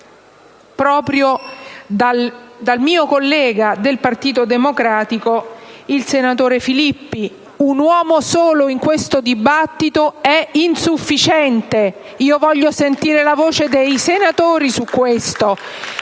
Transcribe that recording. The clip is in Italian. proprio dal mio collega del Partito Democratico, il senatore Filippi. Tuttavia, un uomo solo in questo dibattito è insufficiente: voglio sentire la voce dei senatori su questo